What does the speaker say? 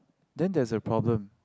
then there's a problem